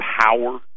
power